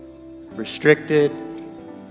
restricted